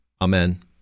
Amen